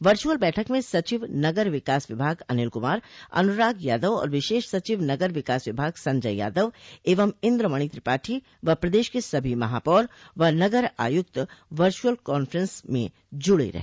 virtual बैठक में सचिव नगर विकास विभाग अनिल कुमार अनुराग यादव और विशेष सचिव नगर विकास विभाग संजय यादव एवं इंद्रमणि त्रिपाठी व प्रदेश के सभी महापौर व नगर आयुक्त वर्चुअल कांफ्रेंस में जुड़े रहे